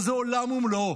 זה עולם ומלואו.